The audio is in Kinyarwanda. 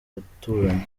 baturanyi